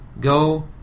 Go